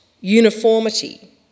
uniformity